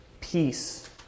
peace